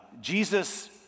jesus